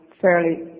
fairly